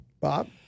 Bob